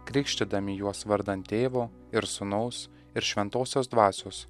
krikštydami juos vardan tėvo ir sūnaus ir šventosios dvasios